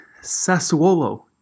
Sassuolo